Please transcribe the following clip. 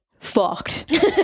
fucked